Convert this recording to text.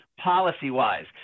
policy-wise